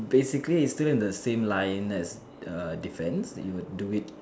basically is still in the same line as err defence you would do it